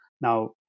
Now